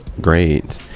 great